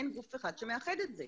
אין גוף אחד שמאחד את זה.